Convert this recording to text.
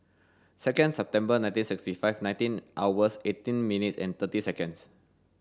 second September nineteen sixty five nineteen hours eighteen minutes and thirty seconds